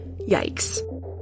yikes